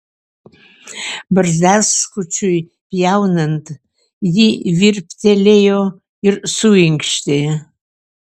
barzdaskučiui pjaunant ji virptelėjo ir suinkštė